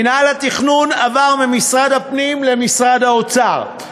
מינהל התכנון עבר ממשרד הפנים למשרד האוצר.